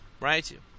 right